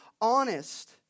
honest